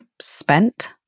spent